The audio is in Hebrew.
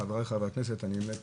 חבריי חברי הכנסת, אני באמת